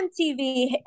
MTV